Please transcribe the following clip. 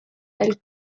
del